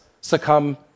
succumb